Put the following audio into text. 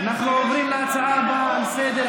את, בושה.